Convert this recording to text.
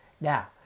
Now